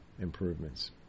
improvements